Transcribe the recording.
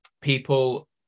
people